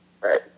Right